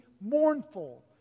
mournful